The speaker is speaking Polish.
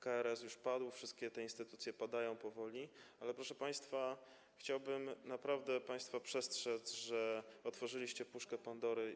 KRS już padł, wszystkie te instytucje powoli padają, ale proszę państwa, chciałbym naprawdę państwa przestrzec, że otworzyliście puszkę Pandory.